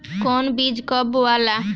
कौन बीज कब बोआला?